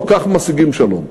לא כך משיגים שלום.